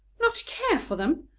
not care for them?